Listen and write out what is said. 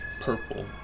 purple